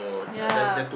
yeah